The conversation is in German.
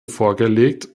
vorgelegt